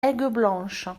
aigueblanche